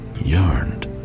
yearned